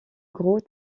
gros